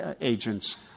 agents